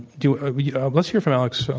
do you let's hear from alex so